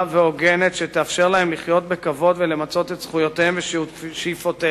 והוגנת שתאפשר להם לחיות בכבוד ולמצות את זכויותיהן ושאיפותיהן.